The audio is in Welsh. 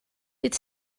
bydd